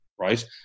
Right